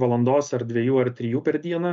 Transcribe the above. valandos ar dviejų ar trijų per dieną